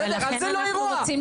אבל זה לא האירוע,